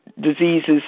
diseases